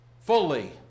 fully